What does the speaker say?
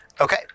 Okay